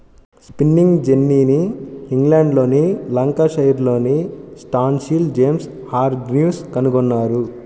spinning జెన్నీని ఇంగ్లండ్లోని లంకాషైర్లోని స్టాన్హిల్ జేమ్స్ హార్గ్రీవ్స్ కనుగొన్నారు